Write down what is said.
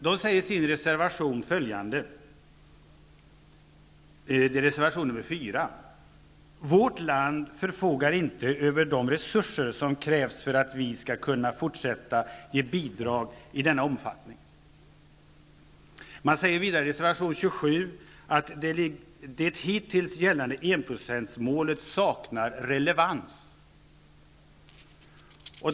Partiet skriver i sin reservation 4: ''Vårt land förfogar inte över de resurser som krävs för att vi skall kunna fortsätta ge bidrag i denna omfattning och --.'' I reservation 27 skriver man ''att det hittills gällande enprocentsmålet saknar relevans''.